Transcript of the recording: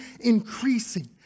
increasing